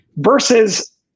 versus